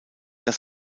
das